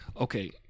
okay